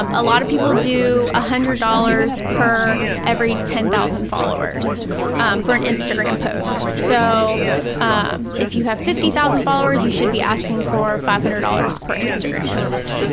um a lot of people do one hundred dollars per every ten thousand followers for an instagram post. so if you have fifty thousand followers, you should be asking for five hundred dollars per instagram post.